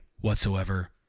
whatsoever